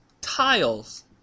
Tiles